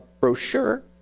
brochure